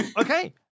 Okay